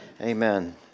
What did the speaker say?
Amen